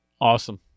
Awesome